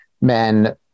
men